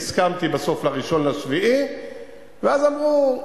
והסכמתי בסוף ל-1 ביולי, ואז אמרו: